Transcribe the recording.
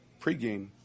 pregame